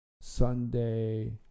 Sunday